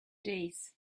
days